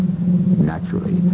Naturally